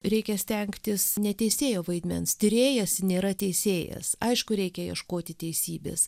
reikia stengtis ne teisėjo vaidmens tyrėjas nėra teisėjas aišku reikia ieškoti teisybės